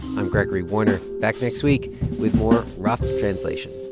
i'm gregory warner, back next week with more rough translation